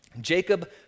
Jacob